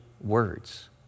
words